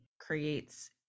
creates